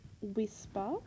Whisper